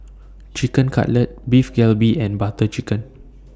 Chicken Cutlet Beef Galbi and Butter Chicken